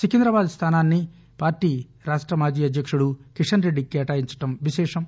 సికిందాబాద్ స్థానాన్ని పార్టీ రాష్ట మాజీ అధ్యక్షుడు కిషన్రెడ్డికి కేటాయించటం విశేషం